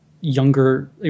younger